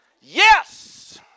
Yes